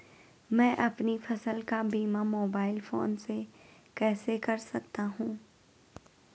मैं अपनी फसल का बीमा मोबाइल फोन से कैसे कर सकता हूँ?